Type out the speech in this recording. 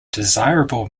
desirable